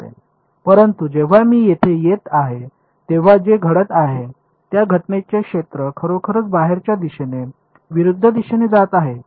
परंतु जेव्हा मी येथे येत आहे तेव्हा जे घडत आहे त्या घटनेचे क्षेत्र खरोखर बाहेरच्या दिशेने विरुद्ध दिशेने जात आहे